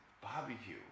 barbecue